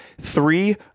three